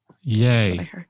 Yay